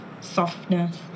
softness